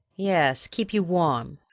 yes keep you warm.